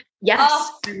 Yes